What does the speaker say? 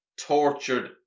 tortured